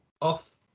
off